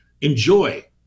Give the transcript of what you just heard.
Enjoy